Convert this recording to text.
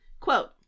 Quote